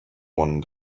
one